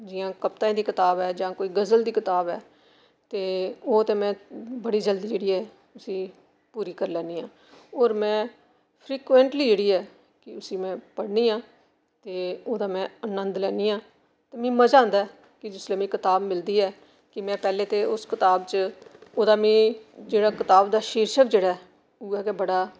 जि'यां कवताएं दी कोई कताब ऐ कोई गजल दी कताब ऐ ते ओह् ते में बड़ी जल्दी जेह्ड़ी ऐ उसी पूरी करी लैन्नी आं ओर में फ्रिकोंयटली जेह्ड़ी ऐ उसी में पढ़नी आं ते ओह्दा में आनंद लैनियां ते मिगी मजा औंदा ऐ ते जिसलै मिगी कताब मिलदी ऐ ते में पैह्ले ते ओस कताब च औह्दा मिगी जेह्ड़ा कताब दा शीर्शक जेह्ड़ा ऐ उ'यै गे बड़ा